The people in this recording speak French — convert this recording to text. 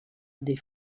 des